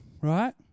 right